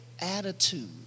attitude